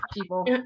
people